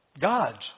God's